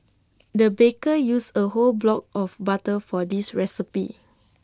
the baker used A whole block of butter for this recipe